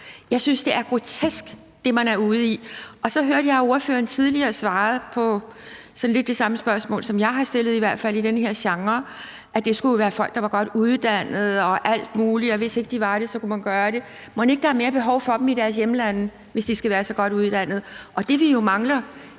Jeg synes, at det, man er ude i, er grotesk, og så hørte jeg, at ordføreren tidligere svarede på sådan lidt det samme spørgsmål, som jeg har stillet, i hvert fald i den her genre, altså at det jo skulle være folk, der var godt uddannet og alt muligt, og hvis ikke de var det, kunne man uddanne dem. Mon ikke der er mere behov for dem i deres hjemlande, hvis de skal være så godt uddannet? Dem, vi mangler,